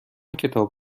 کتاب